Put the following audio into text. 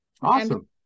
awesome